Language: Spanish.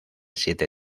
siete